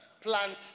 plant